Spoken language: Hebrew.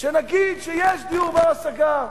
נגיד שיש דיור בר-השגה.